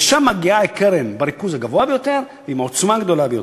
ולשם מגיעה הקרן בריכוז הגבוה ביותר ובעוצמה הגדולה ביותר.